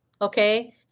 okay